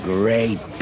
great